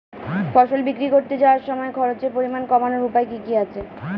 ফসল বিক্রি করতে যাওয়ার সময় খরচের পরিমাণ কমানোর উপায় কি কি আছে?